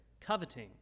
coveting